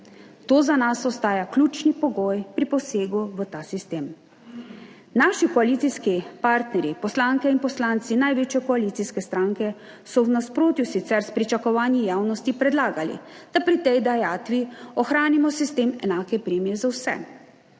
To za nas ostaja ključni pogoj pri posegu v ta sistem. Naši koalicijski partnerji, poslanke in poslanci največje koalicijske stranke, so sicer v nasprotju s pričakovanji javnosti predlagali, da pri tej dajatvi ohranimo sistem enake premije za vse.